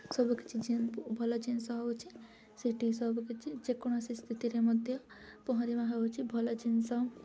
ସବୁକିଛି ଭଲ ଜିନିଷ ହେଉଛି ସେଇଠି ସବୁକିଛି ଯେକୌଣସି ସ୍ଥିତିରେ ମଧ୍ୟ ପହଁରିବା ହେଉଛି ଭଲ ଜିନିଷ